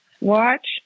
Watch